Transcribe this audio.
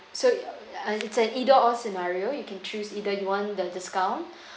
so err uh it's an either or scenario you can choose either you want the discount